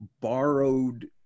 borrowed